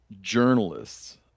journalists